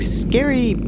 scary